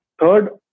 Third